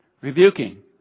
rebuking